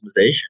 optimization